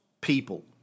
people